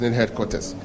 headquarters